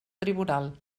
tribunal